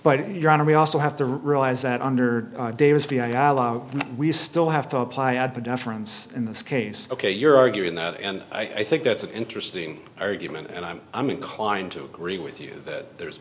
but your honor we also have to realize that under dave's we still have to apply at the difference in this case ok you're arguing that and i think that's an interesting argument and i'm i'm inclined to agree with you that there